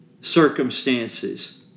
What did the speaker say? circumstances